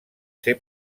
ser